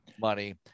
money